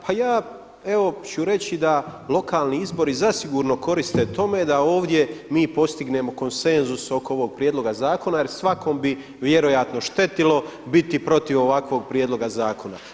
Pa ja evo ću reći da lokalni izbori zasigurno koriste tome da ovdje mi postignemo konsenzus oko ovog prijedloga zakona jer svakom bi vjerojatno štetilo biti protiv ovakvog prijedloga zakona.